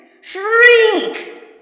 Shrink